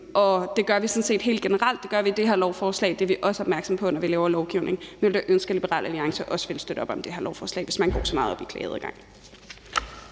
Det gør vi sådan set helt generelt. Det gør vi i det her beslutningsforslag. Det er vi også opmærksomme på, når vi laver lovgivning. Vi ville da ønske, at Liberal Alliance også ville støtte op om det her beslutningsforslag, hvis de går så meget op i klageadgang.